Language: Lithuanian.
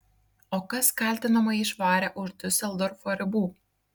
o kas kaltinamąjį išvarė už diuseldorfo ribų